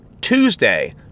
Tuesday